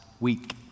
week